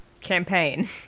Campaign